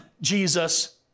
Jesus